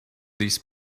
these